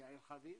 יעל חביב,